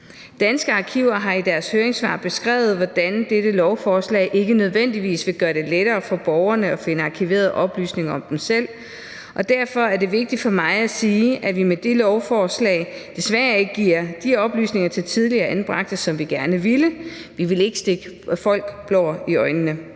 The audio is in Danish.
Danske Arkiver har i deres høringssvar beskrevet, hvordan dette lovforslag ikke nødvendigvis vil gøre det lettere for borgerne at finde arkiverede oplysninger om dem selv, og derfor er det vigtigt for mig at sige, at vi med dette lovforslag desværre ikke giver de oplysninger til tidligere anbragte, som vi gerne ville. Vi vil ikke stikke folk blår i øjnene.